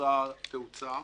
תפסה תאוצה.